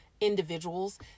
individuals